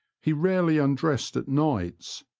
he rarely undressed at nights,